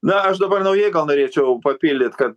na aš dabar naujai gal norėčiau papildyt kad